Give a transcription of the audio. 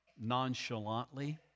nonchalantly